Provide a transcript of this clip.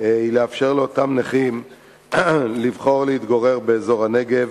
היא לאפשר לאותם נכים לבחור להתגורר באזור הנגב,